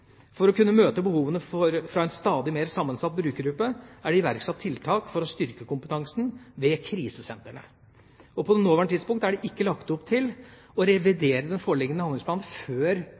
For å kunne møte behovene fra en stadig mer sammensatt brukergruppe er det iverksatt tiltak for å styrke kompetansen ved krisesentrene. På det nåværende tidspunkt er det ikke lagt opp til å revidere den foreliggende handlingsplanen før